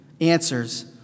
answers